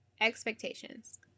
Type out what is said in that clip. Expectations